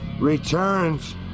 returns